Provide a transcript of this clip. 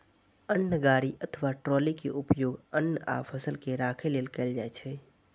अन्न गाड़ी अथवा ट्रॉली के उपयोग अन्न आ फसल के राखै लेल कैल जाइ छै